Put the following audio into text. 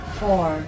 four